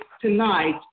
tonight